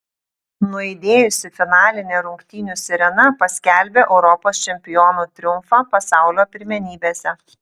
nuaidėjusi finalinė rungtynių sirena paskelbė europos čempionų triumfą pasaulio pirmenybėse